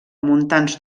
montans